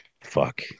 Fuck